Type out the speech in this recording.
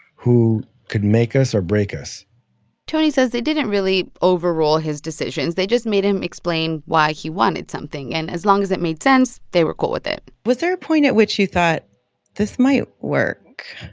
who could make us or break us tony says they didn't really overrule his decisions. they just made him explain why he wanted something. and as long as it made sense, they were cool with it was there a point at which you thought this might work?